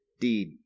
deed